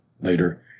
later